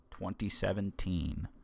2017